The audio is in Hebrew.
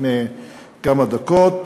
לפני כמה דקות,